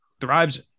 thrives